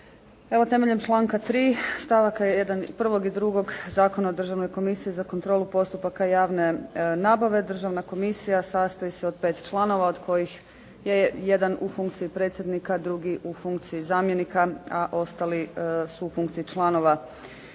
Evo temeljem članka 3. stavaka 1. i 2. Zakona o Državnoj komisiji za kontrolu postupaka javne nabave, Državna komisija sastoji se od pet članova od kojih je jedan u funkciji predsjednika, drugi u funkciji zamjenika, a ostali su u funkciji članova